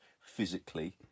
physically